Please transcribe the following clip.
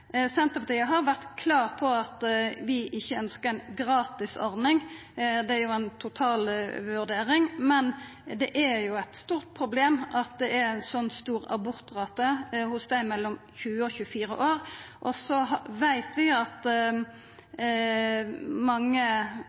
Senterpartiet har vore klar på at vi ikkje ønskjer ei gratisordning. Det er jo ei totalvurdering, men det er eit stort problem at det er ein så stor abortrate hos dei mellom 20 og 24 år. Vi veit at mange